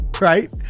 right